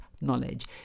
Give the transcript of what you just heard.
knowledge